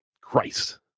Christ